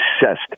obsessed